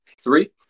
three